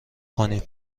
کنیم